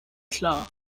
klar